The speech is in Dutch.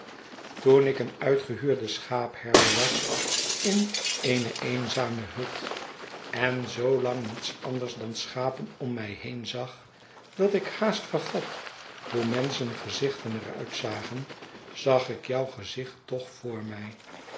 toen ik een uitgehuurde schaapherder was in eene eenzame hut en zoo lang niets anders dan schapen om mij heen zag dat ik haast vergat hoe menschengezichten er uitzagen zag ik jou gezicht toch voor mij